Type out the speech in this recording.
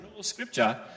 scripture